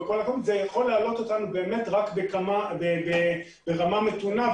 זה יכול להעלות אותנו רק ברמה מתונה,